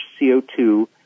CO2